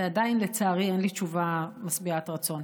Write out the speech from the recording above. ועדיין לצערי אין לי תשובה משביעת רצון